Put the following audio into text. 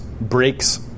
breaks